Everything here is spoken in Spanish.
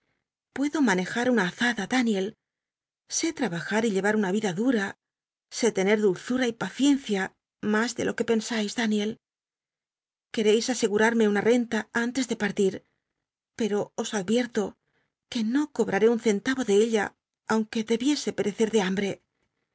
puedo manejar una azada tan hiel sé trabajar y llevar una vida dura sé tener dulzma y paciencia mas de lo cjuc pensais daniel quereís ascgut'arme una tenta antes de parlir pero os advierto que no cobraré un ccntayo de ella aunque debiese perecer de hambre